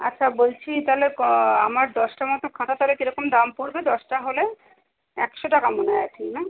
আচ্ছা বলছি তাহলে ক আমার দশটা মতো খাতা তাহলে কেরকম দাম পড়বে দশটা হলে একশো টাকা মনে হয় এখন না